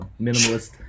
minimalist